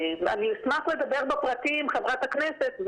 אשמח לדבר בפרטי עם חברת הכנסת,